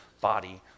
body